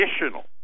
additional